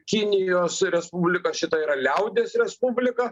kinijos respublika šita yra liaudies respublika